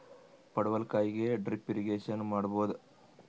ಪಡವಲಕಾಯಿಗೆ drip irrigation ಮಾಡಬೋದ?